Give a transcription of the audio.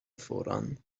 voran